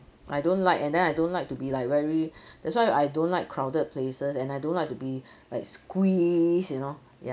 I don't like and then I don't like to be like very that's why I don't like crowded places and I don't like to be like squeeze you know ya